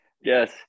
Yes